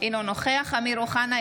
אינו נוכח אמיר אוחנה,